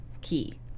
key